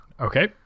Okay